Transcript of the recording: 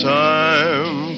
time